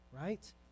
Right